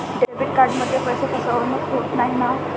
Debit कार्डमध्ये पैसे फसवणूक होत नाही ना?